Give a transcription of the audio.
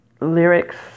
lyrics